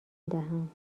دهم